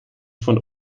von